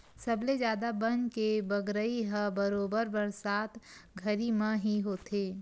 सबले जादा बन के बगरई ह बरोबर बरसात घरी म ही होथे